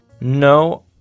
No